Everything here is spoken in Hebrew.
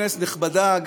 כנסת נכבדה,